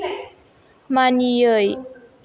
मानियै